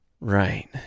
Right